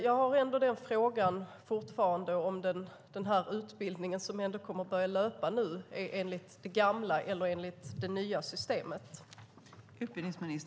Jag har fortfarande frågan om den utbildning som nu kommer att börja ska ske enligt det gamla eller det nya systemet.